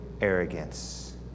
arrogance